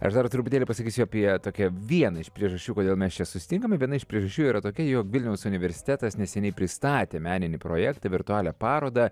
aš dar truputėlį pasakysiu apie tokią vieną iš priežasčių kodėl mes čia susitinkame viena iš priežasčių yra tokia jog vilniaus universitetas neseniai pristatė meninį projektą virtualią parodą